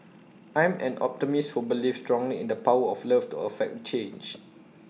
I'm an optimist who believes strongly in the power of love to effect change